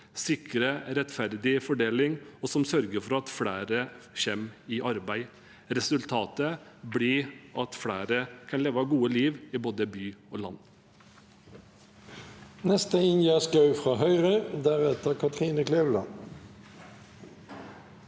sikrer rettferdig fordeling og sørger for at flere kommer i arbeid. Resultatet blir at flere kan leve et godt liv i både by og land.